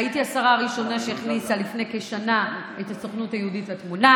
הייתי השרה הראשונה שהכניסה לפני כשנה את הסוכנות היהודית לתמונה.